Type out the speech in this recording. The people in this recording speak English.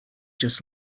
just